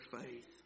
faith